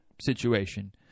situation